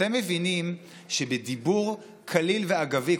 אתם מבינים שבדיבור קליל ואגבי,